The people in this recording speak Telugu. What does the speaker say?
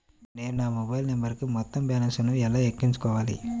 నేను నా మొబైల్ నంబరుకు మొత్తం బాలన్స్ ను ఎలా ఎక్కించుకోవాలి?